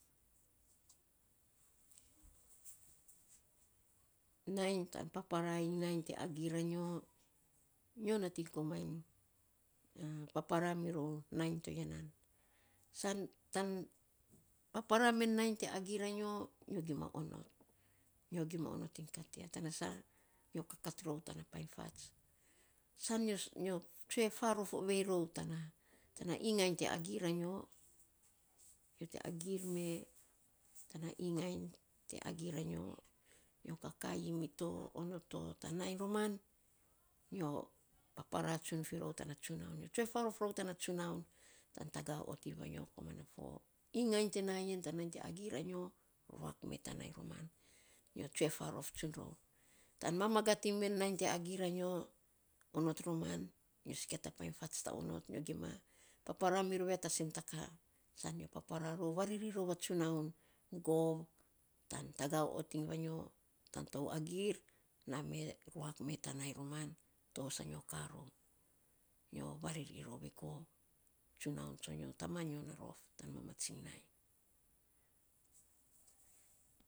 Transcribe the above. Nainy tan paparaa iny nainy te agiir anyo, nyo nating komainy a paparaa mirou nainy to ya, san tan paparaa men nainy te agiir anyo, nyo gima onot, nyo gima onot iny kat ya tana saa nyo kakat rou tana painy fats san nyo tsue faarof ovei rou tana ingainy te agiir anyo, nyo te agiir mee tana ingainy te agiir anyo, nyo kakaii mito onot to tan nainy roman nyo paparaa, tsun fi rou tana tsunaun nyo tsue faarof rou tana tsunaun tan tagaa ot vanyo koman na fo ingain te na yen tan nainy te agiir anyo ruak mee tan nainy roman nyo tsue faarof tsun rou. Tan mamagat iny men nainy te agiir anyo, onot roman nyo sikia ta painy fats ta onot ta onot nyo gima paparaa mirou ya tan sen ta kaa, san nyo paparaa rou, variri rou atsunaun, gov tan tagaa ot iny vanyo. tan tou agiir naa mee ruak mee tan nainy roman to sa nyo kaa rou nyo variri roue gov, tsunaun tsonyo, tamanyo na rof tan mamatsing nainy.